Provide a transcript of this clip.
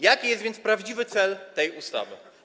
Jaki jest więc prawdziwy cel tej ustawy?